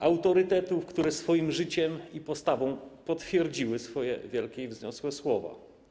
Autorytetów, którzy swoim życiem i postawą potwierdzili swoje wielkie i wzniosłe słowa.